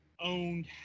owned